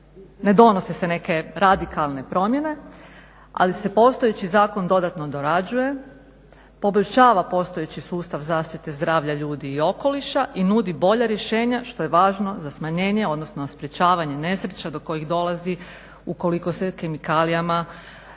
ne donose se neke radikalne promjene, ali se postojeći zakon dodatno dorađuje, poboljšava postojeći sustav zaštite zdravlja ljudi i okoliša i nudi bolja rješenja što je važno za smanjenje, odnosno sprječavanje nesreća do kojih dolazi ukoliko se kemikalijama